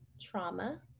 trauma